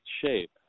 shape